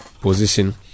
position